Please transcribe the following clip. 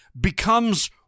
becomes